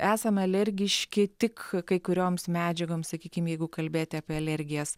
esam alergiški tik kai kurioms medžiagoms sakykim jeigu kalbėti apie alergijas